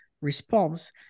response